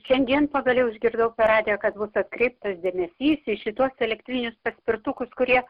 šiandien pagaliau išgirdau per radiją kad bus atkreiptas dėmesys į šituos elektrinius paspirtukus kurie